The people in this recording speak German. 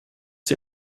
die